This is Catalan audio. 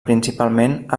principalment